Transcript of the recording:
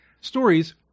stories